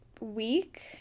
week